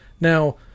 Now